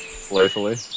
Playfully